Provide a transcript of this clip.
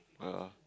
yeah